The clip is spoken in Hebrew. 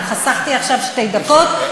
אני חסכתי עכשיו שתי דקות,